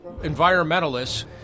environmentalists